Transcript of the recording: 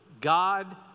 God